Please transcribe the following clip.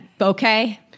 Okay